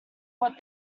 what